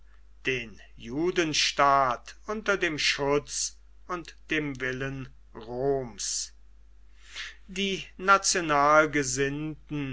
den judenstaat unter dem schutz und nach dem willen roms die